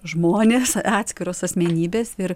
žmonės atskiros asmenybės ir